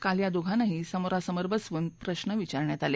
काल या दोघांनाही समोरासमोर बसवून प्रश्न विचारण्यात आले